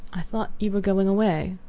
i thought you were going away,